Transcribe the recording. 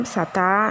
Sata